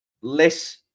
less